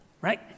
right